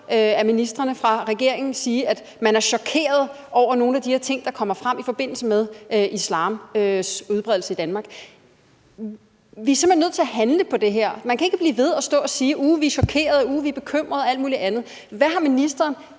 af ministrene fra regeringen sige, at man er chokeret over nogle af de her ting, der kommer frem i forbindelse med islams udbredelse i Danmark. Vi er simpelt hen nødt til at handle på det her. Man kan ikke bare blive ved med at stå og sige, at uh, man er chokerede, uh, man er bekymrede, og alt muligt andet. Hvad har ministeren